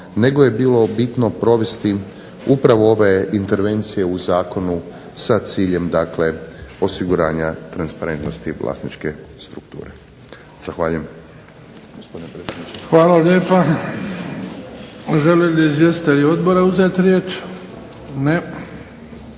nego je bilo bitno provesti upravo ove intervencije u zakonu sa ciljem dakle osiguranja transparentnosti vlasničke strukture. Zahvaljujem. **Bebić, Luka (HDZ)** Hvala lijepa. Žele li izvjestitelji odbora uzeti riječ? Ne.